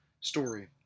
story